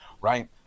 Right